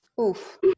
Oof